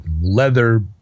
leather